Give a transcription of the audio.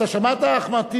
אתה שמעת, אחמד טיבי?